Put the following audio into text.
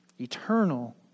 eternal